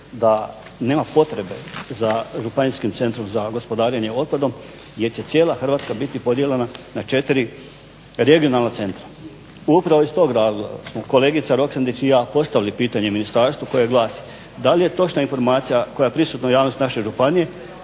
da nema potrebe za Županijskim centrom za gospodarenje otpadom jer će cijela Hrvatska biti podijeljena na 4 regionalna centra. Upravo iz tog razloga smo kolegica Roksandić i ja postavili pitanje ministarstvu koje glasi da li je točna informacija koja je prisutna u javnosti naše županije